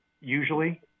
usually